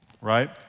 right